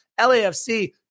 LAFC